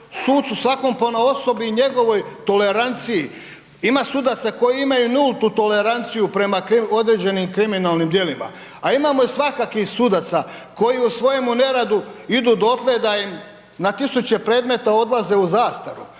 sucu svakom ponaosob i njegovoj toleranciji. Ima sudaca koji imaju nultu toleranciju prema određenim kriminalnim djelima, a imamo i svakakvih sudaca, koji u svojem neradu idu dotle da im na 1000 predmeta odlaze u zastaru,